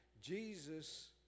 Jesus